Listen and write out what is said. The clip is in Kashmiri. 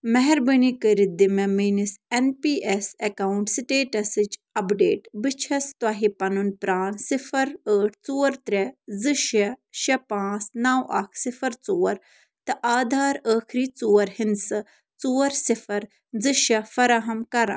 مہربٲنی کٔرِتھ دِ مےٚ میٛٲنِس اٮ۪ن پی اٮ۪س اٮ۪کاوُنٛٹ سِٹیٹَسٕچ اَپڈیٹ بہٕ چھَس تۄہہ پنُن پرٛان صِفر ٲٹھ ژور ترٛےٚ زٕ شےٚ شےٚ پانٛژھ نَو اَکھ صِفر ژور تہٕ آدھار ٲخری ژور ہِنٛدسہٕ ژور صِفر زٕ شےٚ فراہم کران